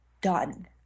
done